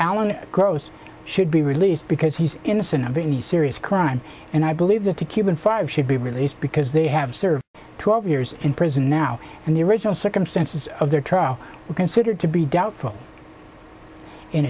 alan gross should be released because he's innocent i'm being serious crime and i believe that a cuban five should be released because they have served twelve years in prison now and the original circumstances of their trial were considered to be doubtful in